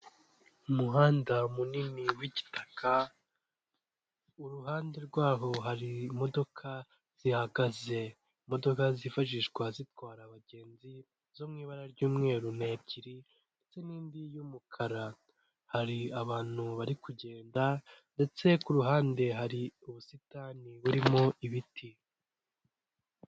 Umuhanda munini w'igitaka ku ruhande rwaho hari imodoka zihagaze, imodoka zifashishwa zitwara abagenzi zo mu ibara ry'umweru ni ebyiri ndetse n'indi y'umukara, hari abantu bari kugenda ndetse ku ruhande hari ubusitani burimo ibiti.